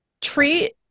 treat